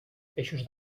peixos